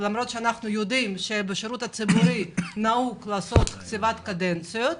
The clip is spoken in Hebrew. למרות שאנחנו יודעים שבשירות הציבורי נהוג לעשות קציבת קדנציות.